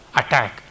attack